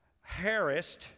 harassed